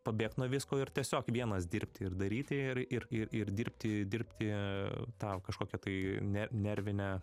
pabėgt nuo visko ir tiesiog vienas dirbti ir daryti ir ir ir ir dirbti dirbti tau kažkokią tai ne nervinę